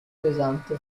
pesante